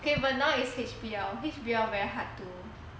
but now is H_B_L H_B_L very hard to